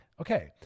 Okay